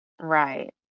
right